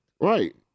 Right